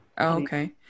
okay